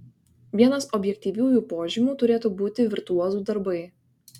vienas objektyviųjų požymių turėtų būti virtuozų darbai